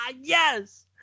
Yes